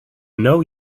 know